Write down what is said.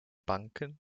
banken